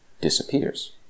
disappears